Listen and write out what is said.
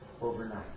overnight